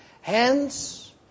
Hence